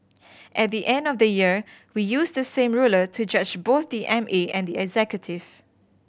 at the end of the year we use the same ruler to judge both the M A and the executive